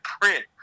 print